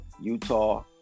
Utah